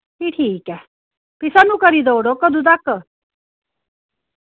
फ्ही ठीक ऐ फ्ही सानू करी देऊड़ो कदूं तक